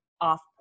off